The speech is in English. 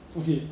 okay